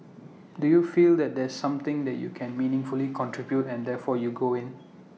do you feel that there's something that you can meaningfully contribute and therefore you go in